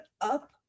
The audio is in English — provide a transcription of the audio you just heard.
up